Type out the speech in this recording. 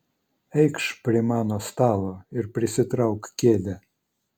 eikš prie mano stalo ir prisitrauk kėdę